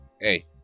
hey